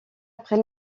après